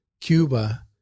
Cuba